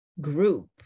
group